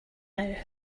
now